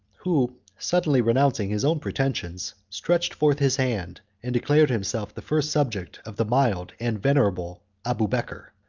who, suddenly renouncing his own pretensions, stretched forth his hand, and declared himself the first subject of the mild and venerable abubeker.